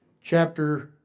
Chapter